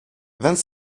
vingt